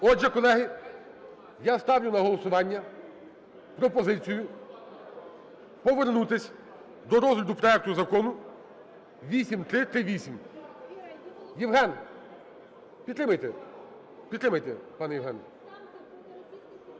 Отже, колеги, я ставлю на голосування пропозицію повернутись до розгляду проекту Закону 8338. Євген, підтримайте. Підтримайте, пане Євген.